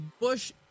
Bush